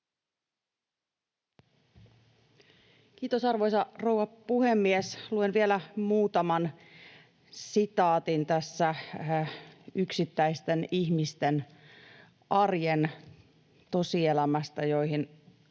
Kiitos, arvoisa rouva puhemies! Luen vielä muutaman sitaatin tässä yksittäisten ihmisten arjen tosielämästä, joihin